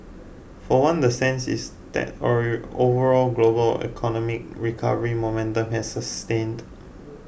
for one the sense is that overall global economic recovery momentum has sustained